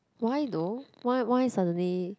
why though why why suddenly